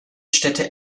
städte